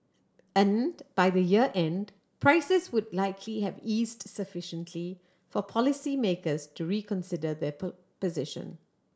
and by the year end prices would likely have eased sufficiently for policymakers to reconsider their position